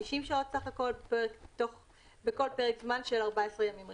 90 שעות סך הכל, בכל פרק זמן של 14 ימים רצופים.